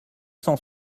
cent